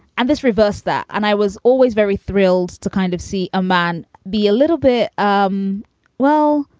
and this reverse that. and i was always very thrilled to kind of see a man be a little bit. um well,